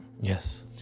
Yes